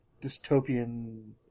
dystopian